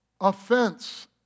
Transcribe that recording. offense